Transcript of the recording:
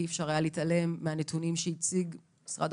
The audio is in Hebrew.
אי אפשר היה להתעלם מהנתונים שהציג משרד